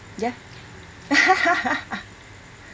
ya